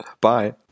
bye